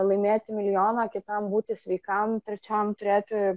laimėti milijoną kitam būti sveikam trečiam turėti